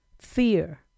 fear